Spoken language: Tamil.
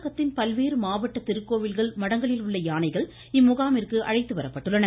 தமிழகத்தின் பல்வேறு மாவட்ட திருக்கோவில்கள் மடங்களில் உள்ள யானைகள் இம்முகாமிற்கு அழைத்து வரப்பட்டுள்ளன